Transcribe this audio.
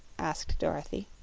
asked dorothy.